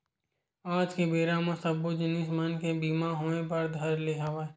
आज के बेरा म सब्बो जिनिस मन के बीमा होय बर धर ले हवय